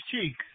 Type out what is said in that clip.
cheeks